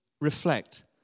reflect